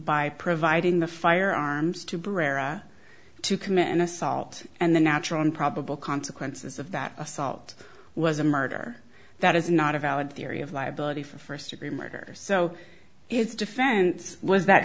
by providing the firearms to break to commit an assault and the natural and probable consequences of that assault was a murder that is not a valid theory of liability for first degree murder so its defense was that